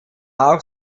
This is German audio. auch